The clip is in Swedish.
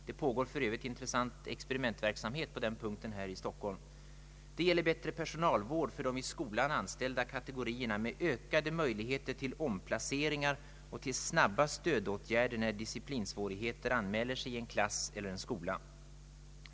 Det pågår för övrigt en intressant experimentverksamhet på den punkten här i Stockholm. Det gäller bättre personalvård för de i skolan anställda kategorierna med ökade möjligheter till omplaceringar och snabba stödåtgärder när disciplinsvårigheter anmäler sig i en klass eller skola.